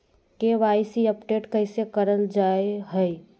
KYC update कैसे करल जाहै?